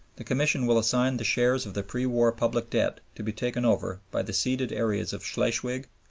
the commission will assign the share of the pre-war public debt to be taken over by the ceded areas of schleswig,